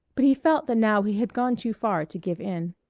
but he felt that now he had gone too far to give in.